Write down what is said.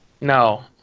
No